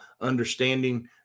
understanding